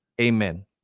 Amen